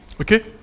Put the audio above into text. Okay